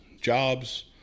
jobs